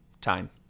time